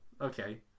okay